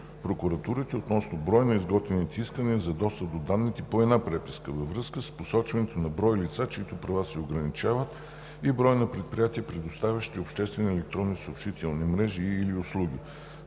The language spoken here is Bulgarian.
прокуратурите относно броя на изготвяните искания за достъп до данните по една преписка във връзка с посочването на броя лица, чиито права се ограничават и броя на предприятия, предоставящи обществени електронни съобщителни мрежи и/или услуги.